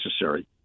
necessary